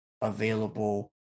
available